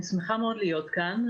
אני שמחה מאוד להיות כאן.